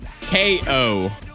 K-O